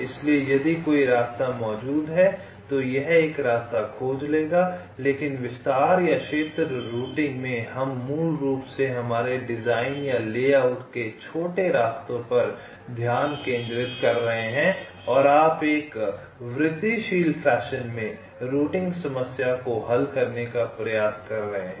इसलिए यदि कोई रास्ता मौजूद है तो यह एक रास्ता खोज लेगा लेकिन विस्तार या क्षेत्र रूटिंग में हम मूल रूप से हमारे डिजाइन या लेआउट के छोटे रास्तों पर ध्यान केंद्रित कर रहे हैं और आप एक वृद्धिशील फैशन में रूटिंग समस्या को हल करने का प्रयास कर रहे हैं